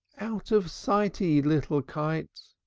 out of sighty, little kite!